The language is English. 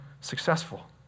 successful